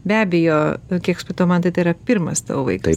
be abejo kiek supratau mantai tai yra pirmas tavo vaikas